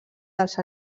dels